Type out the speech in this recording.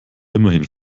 immerhin